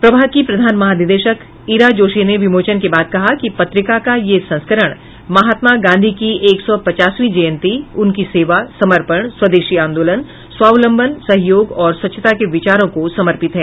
प्रभाग की प्रधान महानिदेशक ईरा जोशी ने विमोचन के बाद कहा कि पत्रिका का यह संस्करण महात्मा गांधी की एक सौ पचासवीं जयंती उनकी सेवा समर्पण स्वदेशी आंदोलन स्वावलंबन सहयोग और स्वच्छता के विचारों को समर्पित है